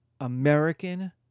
American